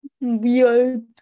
weird